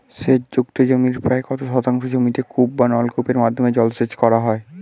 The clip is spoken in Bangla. সেচ যুক্ত জমির প্রায় কত শতাংশ জমিতে কূপ ও নলকূপের মাধ্যমে জলসেচ করা হয়?